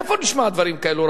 איפה נשמעים דברים כאלה,